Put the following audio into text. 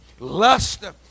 Lust